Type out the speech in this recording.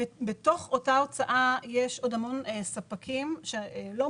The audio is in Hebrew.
בתוך אותה הוצאה יש עוד המון ספקים שאי